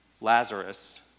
Lazarus